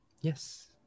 Yes